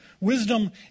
Wisdom